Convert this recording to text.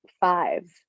five